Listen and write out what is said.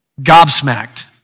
Gobsmacked